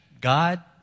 God